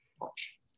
watch